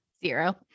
Zero